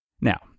Now